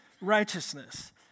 righteousness